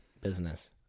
business